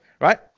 right